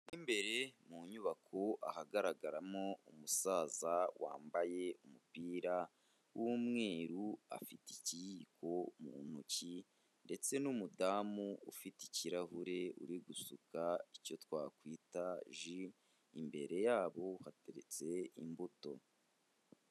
Mo mbere mu nyubako ahagaragaramo umusaza wambaye umupira w'umweru, afite ikiyiko mu ntoki ndetse n'umudamu ufite ikirahure, uri gusuka icyo twakwita ji, imbere yabo hateretse imbuto.